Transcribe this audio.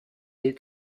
est